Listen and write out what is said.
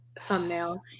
thumbnail